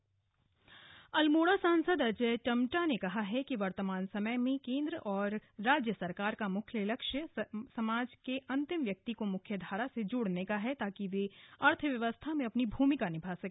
सांसद बैठक अल्मोड़ा सांसद अजय टम्टा ने कहा है कि वर्तमान समय में केन्द्र और राज्य सरकार का मुख्य लक्ष्य समाज के अंतिम व्यक्ति को मुख्यधारा से जोड़ने का है ताकि वे भी अर्थव्यवस्था में अपनी भूमिका निभा सके